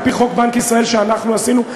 על-פי חוק בנק ישראל שאנחנו עשינו,